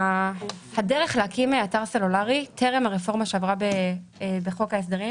הדרך להקים אתר סלולרי טרם הרפורמה שעברה בחוק ההסדרים